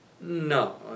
No